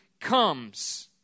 comes